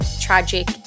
tragic